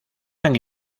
tan